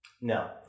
No